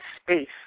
space